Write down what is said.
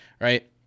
Right